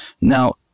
Now